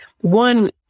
One